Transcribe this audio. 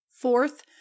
Fourth